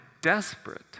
desperate